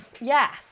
Yes